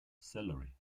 salary